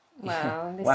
Wow